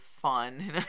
fun